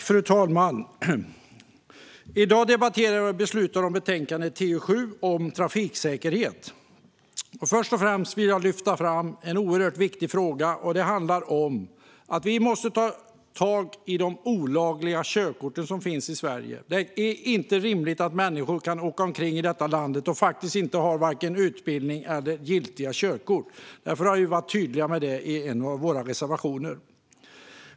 Fru talman! I dag debatterar och beslutar vi om betänkande TU7 om trafiksäkerhet. Först och främst vill jag lyfta fram en oerhört viktig fråga, nämligen att vi måste ta tag i de olagliga körkort som finns i Sverige. Det är inte rimligt att människor kan åka omkring i detta land utan vare sig utbildning eller giltiga körkort. Vi har varit tydliga med det i en av våra reservationer.